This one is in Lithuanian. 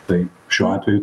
tai šiuo atveju